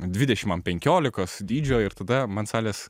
dvidešim ant penkiolikos dydžio ir tada man salės